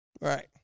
Right